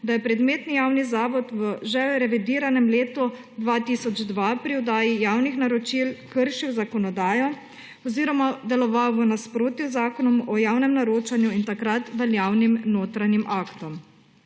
da je predmetni javni zavod v že revidiranem letu 2002 pri oddaji javnih naročil kršil zakonodajo oziroma deloval v nasprotju z Zakonom o javnem naročanju in takrat veljavnim notranjim aktom.